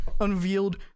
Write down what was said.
unveiled